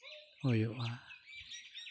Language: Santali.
ᱦᱩᱭᱩᱜᱼᱟ